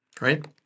right